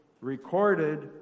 recorded